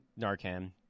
Narcan